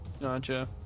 Gotcha